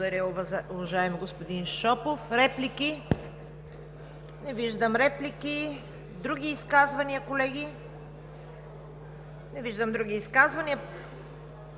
Благодаря Ви, уважаеми господин Шопов. Реплики? Не виждам реплики. Други изказвания, колеги? Не виждам други изказвания.